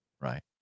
right